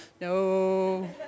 no